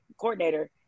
coordinator